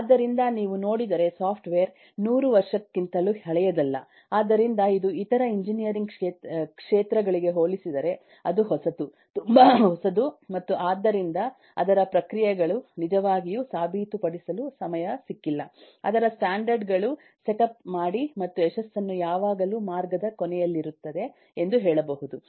ಆದ್ದರಿಂದ ನೀವು ನೋಡಿದರೆ ಸಾಫ್ಟ್ವೇರ್ 100 ವರ್ಷಕ್ಕಿಂತಲೂ ಹಳೆಯದಲ್ಲ ಆದ್ದರಿಂದ ಇದು ಇತರ ಎಂಜಿನಿಯರಿಂಗ್ ಕ್ಷೇತ್ರಗಳಿಗೆ ಹೋಲಿಸಿದರೆ ಅದು ಹೊಸತು ತುಂಬಾ ಹೊಸದು ಮತ್ತು ಆದ್ದರಿಂದ ಅದರ ಪ್ರಕ್ರಿಯೆಗಳು ನಿಜವಾಗಿಯೂ ಸಾಬೀತುಪಡಿಸಲು ಸಮಯ ಸಿಕ್ಕಿಲ್ಲ ಅದರ ಸ್ಟ್ಯಾಂಡರ್ಡ್ ಗಳು ಸೆಟಪ್ ಮಾಡಿ ಮತ್ತು ಯಶಸ್ಸು ಯಾವಾಗಲೂ ಮಾರ್ಗದ ಕೊನೆಯಲ್ಲಿರುತ್ತದೆ ಎಂದು ಹೇಳಬಹುದು